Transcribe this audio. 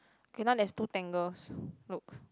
okay now there's two tangles look